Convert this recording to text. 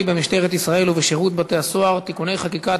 במשטרת ישראל ובשירות בתי-הסוהר (תיקוני חקיקה),